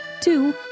Two